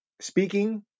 Speaking